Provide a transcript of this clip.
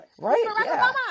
right